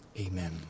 Amen